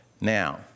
Now